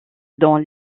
dans